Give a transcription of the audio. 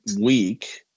week